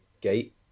gate